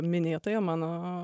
minėtąja mano